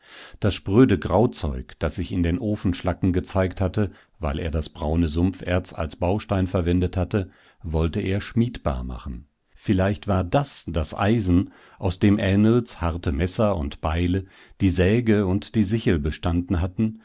das spröde grauzeug das sich in den ofenschlacken gezeigt hatte weil er das braune sumpferz als baustein verwendet hatte wollte er schmiedbar machen vielleicht war das das eisen aus dem ähnls harte messer und beile die säge und die sichel bestanden hatten